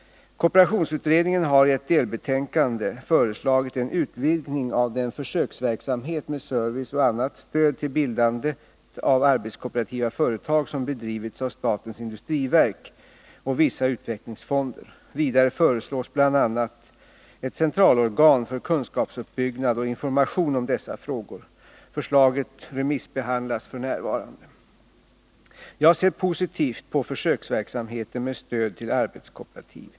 Kooperationsutredningen har i ett delbetänkande föreslagit en utvidgning av den försöksverksamhet med service och annat stöd till bildandet av arbetskooperativa företag som bedrivits av statens industriverk och vissa utvecklingsfonder. Vidare föreslås bl.a. ett centralorgan för kunskapsuppbyggnad och information om dessa frågor. Förslaget remissbehandlas f. n. Jag ser positivt på försöksverksamheten med stöd till arbetskooperativ.